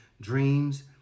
dreams